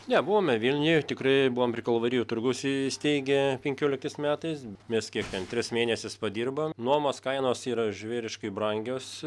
ne buvome vilniuj tikrai buvom prie kalvarijų turgaus įsteigę penkioliktais metais mes kiek ten tris mėnesius padirbom nuomos kainos yra žvėriškai brangios